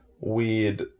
weird